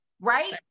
right